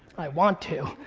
i want to.